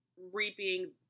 reaping